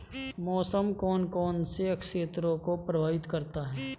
मौसम कौन कौन से क्षेत्रों को प्रभावित करता है?